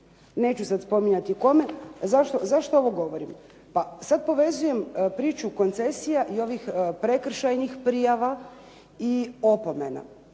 Neću sad spominjati kome. Zašto ovo govorim? Pa sad povezujem priču koncesija i ovih prekršajnih prijava i opomena.